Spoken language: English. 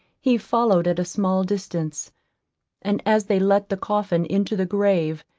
he followed at a small distance and as they let the coffin into the grave,